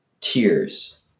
tears